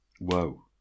whoa